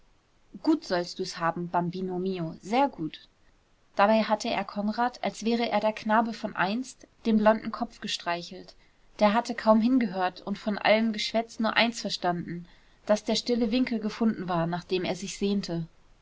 gut sollst du's haben bambino mio sehr gut dabei hatte er konrad als wäre er der knabe von einst den blonden kopf gestreichelt der hatte kaum hingehört und von allem geschwätz nur eins verstanden daß der stille winkel gefunden war nach dem er sich sehnte